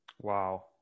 Wow